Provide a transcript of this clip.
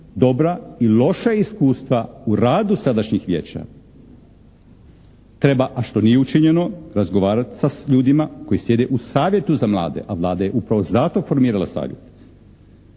dobra i loša iskustva u radu sadašnjih vijeća. Treba, a što nije učinjeno, razgovarati sa ljudima koji sjede u savjetu za mlade, a Vlada je upravo zato formirala savjet.